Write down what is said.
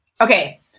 Okay